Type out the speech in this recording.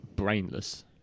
brainless